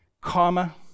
Karma